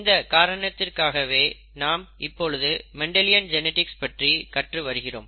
இந்த காரணத்திற்காகவே நாம் இப்பொழுது மெண்டலியன் ஜெனிடிக்ஸ் பற்றி கற்று வருகிறோம்